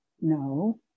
no